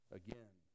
again